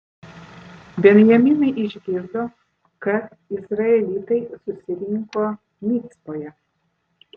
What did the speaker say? benjaminai išgirdo kad izraelitai susirinko micpoje